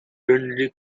trinity